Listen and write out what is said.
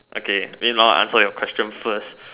okay meanwhile I answer your question first